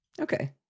okay